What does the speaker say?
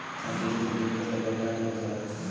मातीयेची सुपीकता जपाक काय करूचा लागता?